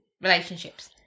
relationships